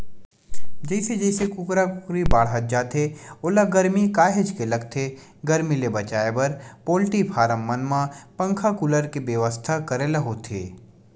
जइसे जइसे कुकरा कुकरी बाड़हत जाथे ओला गरमी काहेच के लगथे गरमी ले बचाए बर पोल्टी फारम मन म पंखा कूलर के बेवस्था करे ल होथे